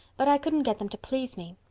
but i couldn't get them to please me.